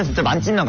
the monthly um